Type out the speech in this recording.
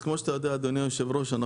כמו שאתה יודע אדוני היושב ראש,